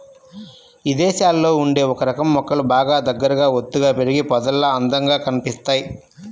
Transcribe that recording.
ఇదేశాల్లో ఉండే ఒకరకం మొక్కలు బాగా దగ్గరగా ఒత్తుగా పెరిగి పొదల్లాగా అందంగా కనిపిత్తయ్